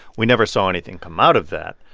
we never saw anything come out of that.